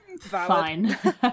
fine